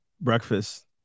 breakfast